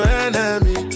enemy